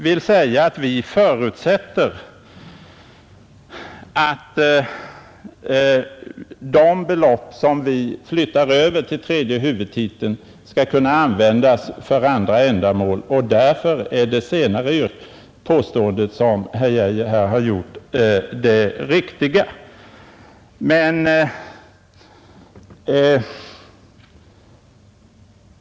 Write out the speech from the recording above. Vi förutsätter att de belopp som vi flyttar över till tredje huvudtiteln skall kunna användas för andra ändamål, och därför är det senare påståendet som herr Geijer gjorde det riktiga.